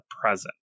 present